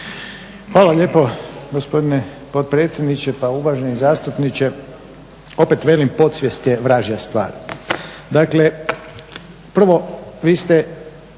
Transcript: Hvala lijepo gospodine potpredsjedniče. Pa uvaženi zastupniče opet velim podsvjest je vražija stvar. Dakle prvo vi ste